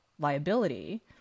liability